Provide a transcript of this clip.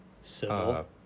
Civil